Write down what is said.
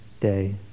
day